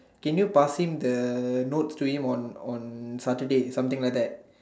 can you pass him the note to him on on Saturday something like that